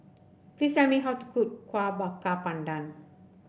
please tell me how to cook Kueh Bakar Pandan